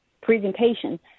presentation